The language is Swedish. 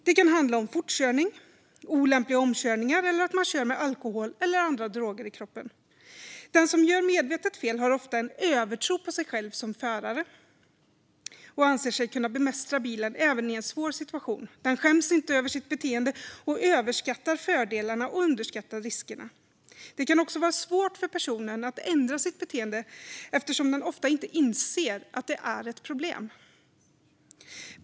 Det kan handla om fortkörning, olämpliga omkörningar eller att man kör med alkohol eller andra droger i kroppen. Den som gör medvetet fel har ofta övertro på sig själv som förare och anser sig kunna bemästra bilen även i en svår situation. Den skäms inte över sitt beteende och överskattar fördelarna och underskattar riskerna. Det kan också vara svårt för personen att ändra sitt beteende eftersom den ofta inte inser att det är ett problem.